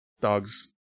Dog's